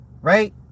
right